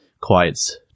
quiets